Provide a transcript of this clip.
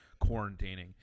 quarantining